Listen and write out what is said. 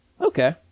Okay